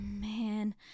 man